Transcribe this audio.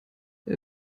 wer